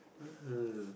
(uh huh)